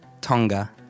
Tonga